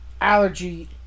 allergy